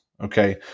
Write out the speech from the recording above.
Okay